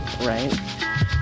Right